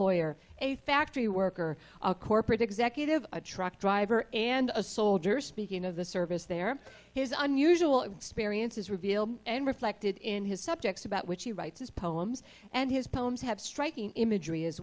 lawyer a factory worker a corporate executive a truck driver and a soldier speaking of the service there his unusual experiences revealed in reflected in his subjects about which he writes his poems and his poems have striking imagery as